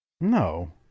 No